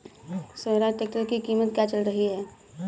Swaraj tractor की कीमत क्या चल रही है?